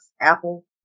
Apple